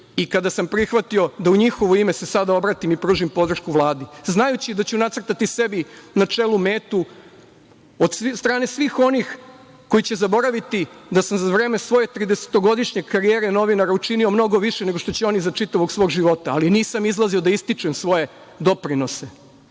i kada sam prihvatio da u njihovo ime se sada obratim i pružim podršku Vladi, znajući da ću nacrtati sebi na čelu metu od strane svih onih koji će zaboraviti da sam za vreme svoje tridesetogodišnje karijere novinara učinio mnogo više nego što će oni za čitavog svog života, ali nisam izlazio da ističem svoje doprinose. Nisam